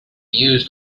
used